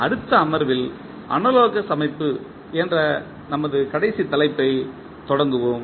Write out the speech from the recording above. அடுத்த அமர்வில் அனலோகஸ் அமைப்பு என்ற நமது கடைசி தலைப்பைத் தொடங்குவோம்